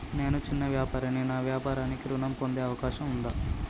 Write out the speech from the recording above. నేను చిన్న వ్యాపారిని నా వ్యాపారానికి ఋణం పొందే అవకాశం ఉందా?